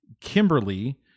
Kimberly